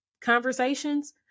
conversations